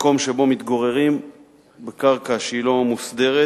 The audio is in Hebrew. מקום שבו מתגוררים בקרקע שהיא לא מוסדרת,